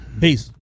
Peace